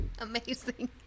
Amazing